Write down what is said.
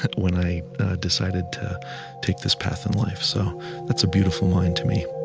when i decided to take this path in life. so that's a beautiful mind to me